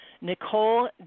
Nicole